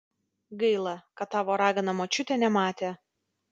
gaila kad tavo ragana močiutė nematė